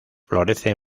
florece